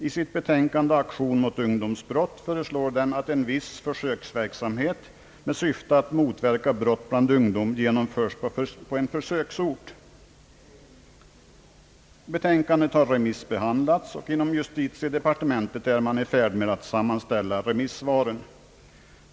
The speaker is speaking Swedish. I sitt betänkande Aktion mot ungdomsbrott föreslår den att en viss försöksverksamhet med syfte att motverka brott bland ungdom genomföres på en försöksort. Betänkandet har remissbehandlats, och inom justitiedepartementet är man i färd att sammanställa remissvaren.